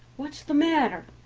what's the matter?